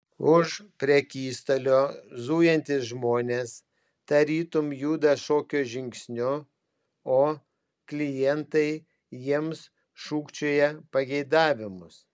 už prekystalio zujantys žmonės tarytum juda šokio žingsniu o klientai jiems šūkčioja pageidavimus